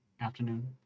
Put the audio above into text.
afternoon